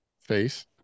face